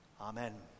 Amen